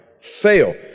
fail